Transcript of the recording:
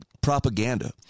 propaganda